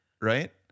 right